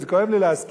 וזה כואב לי להזכיר,